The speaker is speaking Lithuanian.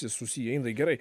tai susieina gerai